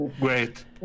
Great